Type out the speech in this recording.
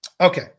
Okay